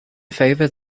favour